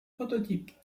prototype